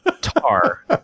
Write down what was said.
Tar